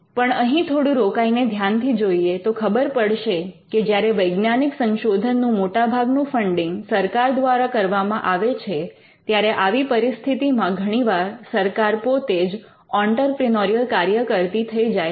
પણ અહીં થોડું રોકાઈને ધ્યાનથી જોઈએ તો ખબર પડશે કે જ્યારે વૈજ્ઞાનિક સંશોધનનું મોટાભાગનું ફંડિંગ સરકાર દ્વારા કરવામાં આવે છે ત્યારે આવી પરિસ્થિતિમાં ઘણીવાર સરકાર પોતે જ ઑંટરપ્રિનોરિયલ કાર્ય કરતી થઈ જાય છે